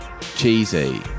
cheesy